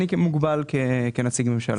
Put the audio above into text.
אני מוגבל כנציג ממשלה.